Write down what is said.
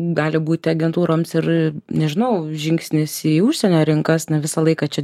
gali būti agentūroms ir nežinau žingsnis į užsienio rinkas na visą laiką čia